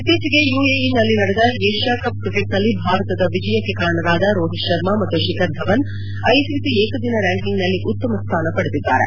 ಇತ್ತೀಚೆಗೆ ಯುಎಇ ನಲ್ಲಿ ನಡೆದ ಏಷ್ಕಾಕಪ್ ಕ್ರಿಕೆಟ್ ನಲ್ಲಿ ಭಾರತದ ವಿಜಯಕ್ಕೆ ಕಾರಣರಾದ ರೋಹಿತ್ ಶರ್ಮಾ ಮತ್ತು ಶಿಖರ್ ಧವನ್ ಐಸಿಸಿ ಏಕದಿನ ರ್ಕಾಂಕಿಂಗ್ನಲ್ಲಿ ಉತ್ತಮ ಸ್ಥಾನ ಪಡೆದಿದ್ದಾರೆ